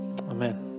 Amen